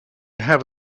have